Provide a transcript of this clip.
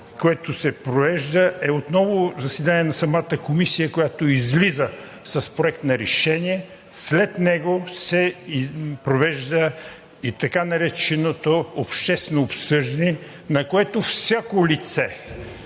което се провежда, е отново заседание на самата Комисия, която излиза с Проект на решение. След него се провежда и така нареченото обществено обсъждане, на което всяко